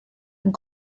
and